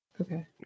Okay